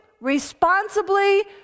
responsibly